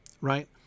Right